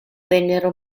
vennero